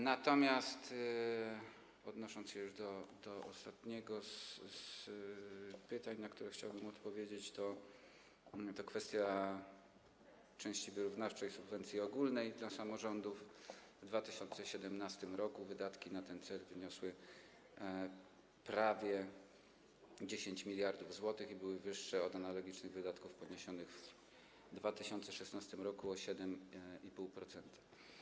Natomiast, odnosząc się już do ostatniego z pytań, na które chciałbym odpowiedzieć, do kwestii części wyrównawczej subwencji ogólnej dla samorządów, w 2017 r. wydatki na ten cel wyniosły prawie 10 mld zł i były wyższe od analogicznych wydatków poniesionych w 2016 r. o 7,5%.